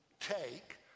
take